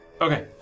Okay